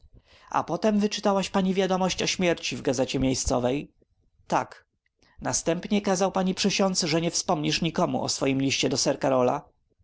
a potem wyczytałaś pani wiadomość o śmierci w gazecie miejscowej tak następnie kazał pani przysiądz że nie wspomnisz nikomu o swym liście do sir karola